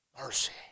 Mercy